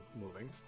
moving